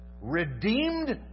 Redeemed